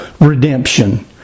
redemption